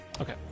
Okay